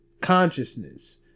consciousness